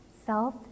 self